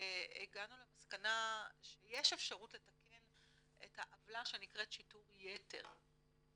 והגענו למסקנה שיש אפשרות לתקן את העוולה שנקראת "שיטור יתר".